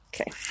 Okay